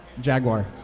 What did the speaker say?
Jaguar